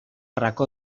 racó